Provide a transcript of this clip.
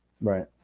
right